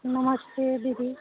नमस्ते दीदी